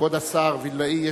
כבוד השר וילנאי,